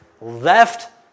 left